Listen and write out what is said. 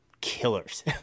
killers